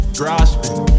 grasping